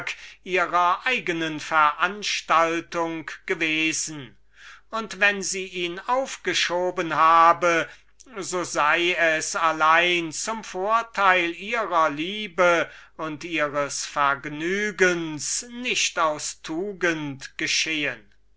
ihrer eignen maßnehmungen gewesen und wenn sie ihn aufgezogen habe so sei es allein des vorteils ihrer liebe und ihres vergnügens wegen nicht aus tugend geschehen